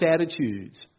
attitudes